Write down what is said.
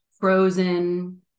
frozen